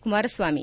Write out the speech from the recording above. Kumaraswamy